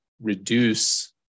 reduce